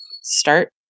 start